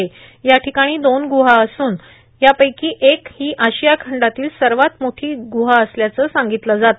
तर या ठिकाणी दोन गुहा असून ही आशिया खंडातील सर्वात मोठी गुहा असल्याचं सांगितलं जात